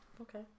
Okay